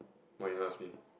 why you never ask me